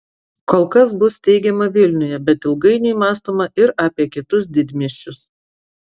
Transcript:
kol kas bus steigiama vilniuje bet ilgainiui mąstoma ir apie kitus didmiesčius